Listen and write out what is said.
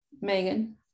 Megan